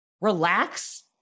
relax